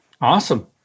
Awesome